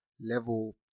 level